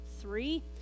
three